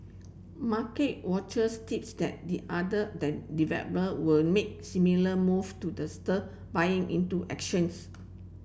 market watchers tips that the other developer were make similar move to the stir buying into actions